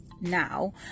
now